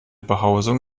behausung